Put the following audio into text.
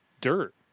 dirt